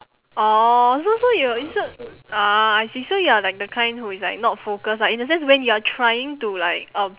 orh so so you're is it ah I see so you're like the kind who is like not focused ah in a sense when you're trying to like um